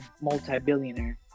multi-billionaire